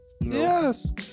Yes